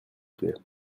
plait